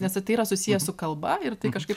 nes tai yra susiję su kalba ir tai kažkaip